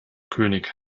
könig